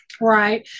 Right